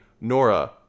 Nora